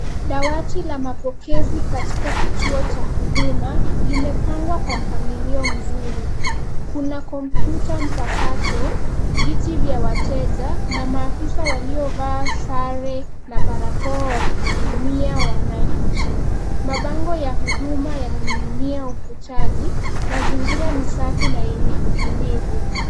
Dawati la mapokezi katika kituo cha huduma, limepangwa kwa mpangilio mzuri. Kuna kompyuta mpakato , viti vya wateja na maafisa waliovaa sare na barakoa wakihudumia wananchi. Mabango ya huduma yananingi'inia ukutani. Mazingira ni safi na yenye utulivu.